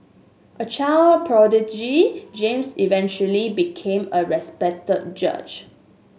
a child prodigy James eventually became a respected judge